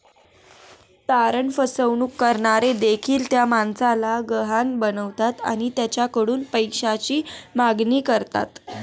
तारण फसवणूक करणारे देखील त्या माणसाला गहाण बनवतात आणि त्याच्याकडून पैशाची मागणी करतात